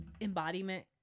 embodiment